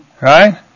Right